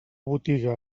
botiga